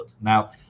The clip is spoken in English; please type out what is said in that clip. Now